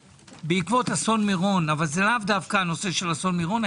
בעקבות אסון מירון אבל זה לאו דווקא הנושא של אסון מירון,